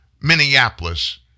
Minneapolis